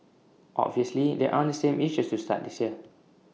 obviously there aren't the same issues to start this year